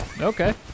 Okay